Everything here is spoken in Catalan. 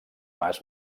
mas